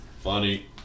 Funny